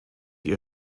ihr